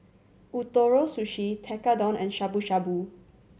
Ootoro Sushi Tekkadon and Shabu Shabu